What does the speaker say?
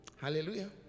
hallelujah